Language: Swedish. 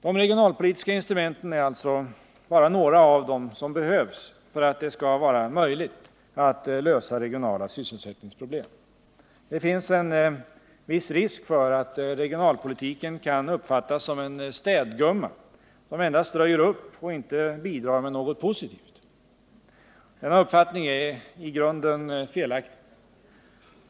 De regionalpolitiska instrumenten är alltså bara några av dem som behövs för att det skall vara möjligt att lösa regionala sysselsättningsproblem. Det finns en viss risk för att regionalpolitiken kan uppfattas som en städgumma som endast röjer upp och inte bidrar med något positivt. Denna uppfattning är i grunden felaktig.